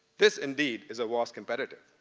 this indeed is a wasc competitor.